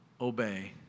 obey